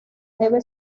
debe